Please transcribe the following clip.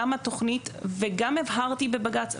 גם התכנית וגם הבהרתי בבג"צ,